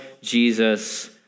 Jesus